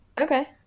Okay